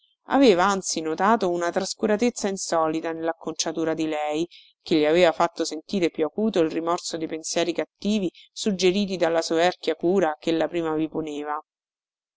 aveva anzi notato una trascuratezza insolita nellacconciatura di lei che gli aveva fatto sentire più acuto il rimorso dei pensieri cattivi suggeriti dalla soverchia cura chella prima vi poneva